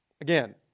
Again